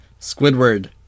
Squidward